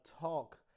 talk